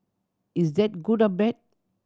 is that good or bad